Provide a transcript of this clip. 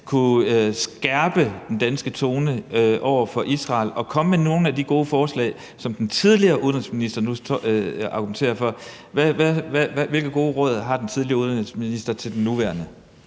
kunne skærpe den danske tone over for Israel og komme med nogle af de gode forslag, som den tidligere udenrigsminister nu argumenterer for, hvilke gode råd har den tidligere udenrigsminister så til den nuværende?